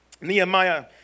Nehemiah